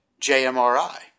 JMRI